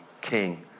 king